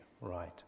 right